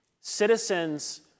citizens